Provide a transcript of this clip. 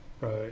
right